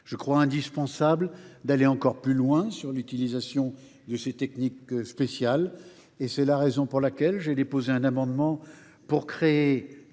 Je crois indispensable d’aller encore plus loin dans l’utilisation de ces techniques spéciales. C’est la raison pour laquelle j’ai déposé un amendement afin